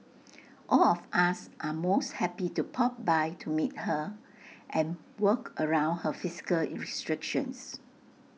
all of us are most happy to pop by to meet her and work around her physical restrictions